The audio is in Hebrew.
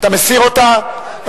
עמיר פרץ,